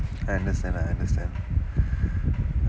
I understand I understand